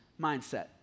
mindset